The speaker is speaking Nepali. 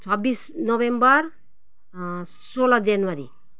छब्बिस नोभेम्बर सोह्र जनवरी